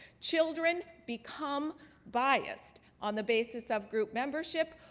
children become biased on the basis of group membership.